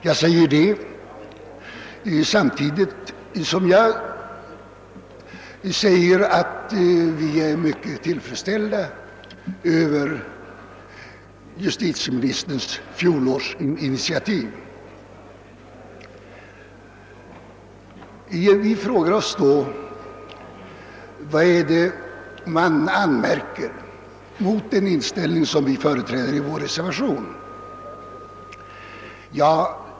Jag säger detta samtidigt som jag vill framhålla att vi är mycket tillfredsställda över justitieministerns fjolårsinitiativ. Vi frågar oss vad det är man har att anmärka på den inställning vi ger uttryck för i vår reservation.